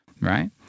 Right